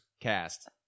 cast